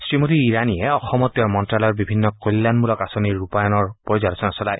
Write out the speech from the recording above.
শ্ৰীমতী ইৰাণীয়ে অসমত তেওঁৰ মন্ত্যালয়ৰ বিভিন্ন কল্যাণমূলক আঁচনিৰ ৰূপায়ণৰ পৰ্যালোচনা চলায়